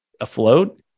afloat